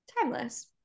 timeless